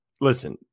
Listen